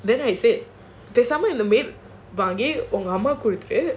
then I said பேசாம வாங்கி உங்க அம்மாக்கு கொடுத்துடு:pesaamae vaangi unga ammakku koduthudu